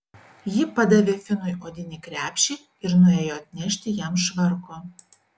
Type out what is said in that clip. ji padavė finui odinį krepšį ir nuėjo atnešti jam švarko